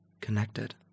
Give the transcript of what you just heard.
connected